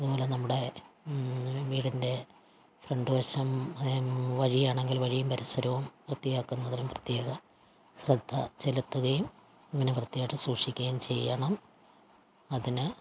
അതുപോലെ നമ്മുടെ വീടിൻ്റെ ഫ്രണ്ട് വശം വഴിയാണെങ്കിൽ വഴിയും പരിസരവും വൃത്തിയാക്കുന്നതിലും പ്രത്യേക ശ്രദ്ധ ചെലുത്തുകയും ഇങ്ങനെ വൃത്തിയായിട്ട് സൂക്ഷിക്കുകയും ചെയ്യണം അതിന്